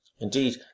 Indeed